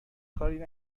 کاری